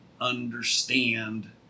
understand